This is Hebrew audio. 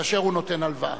כאשר הוא נותן הלוואה.